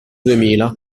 duemila